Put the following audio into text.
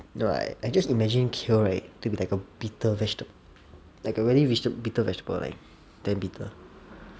no like I just imagine kale right to be like a bitter vegetable like a really bitter vegetable like very bitter